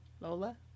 Lola